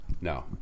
No